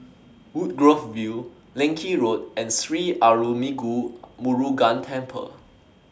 Woodgrove View Leng Kee Road and Sri Arulmigu Murugan Temple